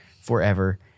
forever